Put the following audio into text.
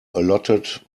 allotted